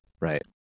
right